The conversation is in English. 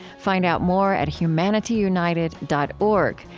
find out more at humanityunited dot org,